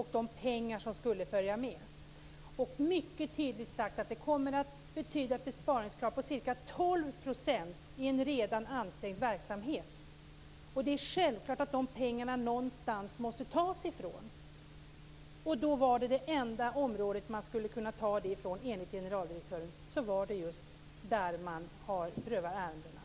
Hon sade mycket tydligt att det kommer att betyda ett besparingskrav på ca 12 % i en redan ansträngd verksamhet. Det är självklart att de pengarna måste tas någonstans ifrån. Enligt generaldirektören var det enda område som man skulle kunna ta pengarna ifrån just ärendeprövningen.